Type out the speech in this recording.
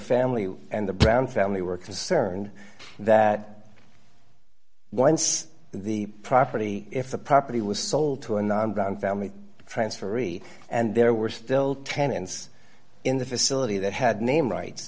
family and the brown family were concerned that once the property if the property was sold to another family transferee and there were still tenants in the facility that had name right